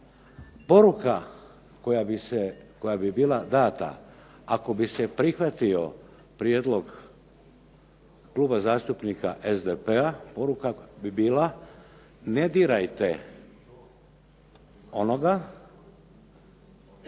Poruka koja bi bila dana ako bi se prihvatio prijedlog Kluba zastupnika SDP-a, poruka bi bila ne dirajte onoga